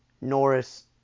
Norris